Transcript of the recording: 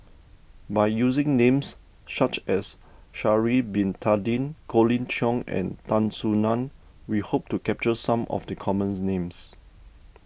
by using names such as Sha'ari Bin Tadin Colin Cheong and Tan Soo Nan we hope to capture some of the commons names